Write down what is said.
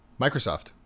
microsoft